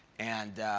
and,